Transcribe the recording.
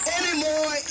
anymore